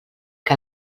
que